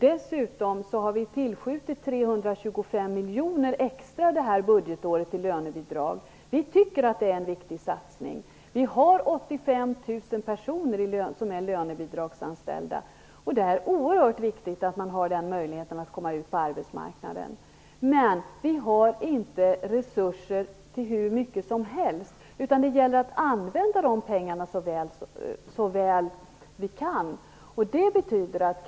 Dessutom har vi tillskjutit 325 miljoner kronor extra detta budgetår i lönebidrag. Vi tycker att det är en viktig satsning. 85 000 personer är anställda med lönebidrag. Det är oerhört viktigt att den möjligheten att komma ut på arbetsmarknaden finns. Men vi har inte resurser till hur mycket som helst. Det gäller att använda pengarna så väl man kan.